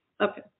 Okay